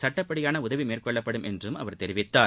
சட்டப்படியான உதவி மேற்கொள்ளப்படும் என்று அவர் கூறினார்